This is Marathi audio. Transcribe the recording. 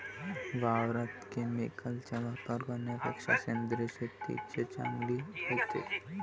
वावरात केमिकलचा वापर करन्यापेक्षा सेंद्रिय शेतीच चांगली रायते